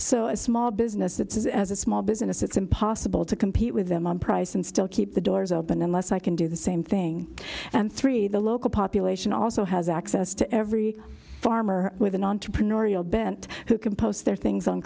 so a small business that is as a small business it's impossible to compete with them on price and still keep the doors open unless i can do the same thing and three the local population also has access to every farmer with an entrepreneurial bent who can post their things on